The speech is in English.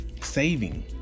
saving